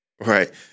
Right